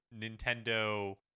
nintendo